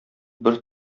бер